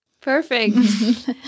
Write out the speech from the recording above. Perfect